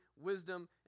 wisdom